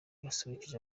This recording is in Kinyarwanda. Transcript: basusurukije